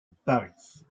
paris